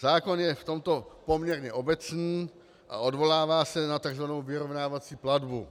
Zákon je v tomto poměrně obecný a odvolává se na takzvanou vyrovnávací platbu.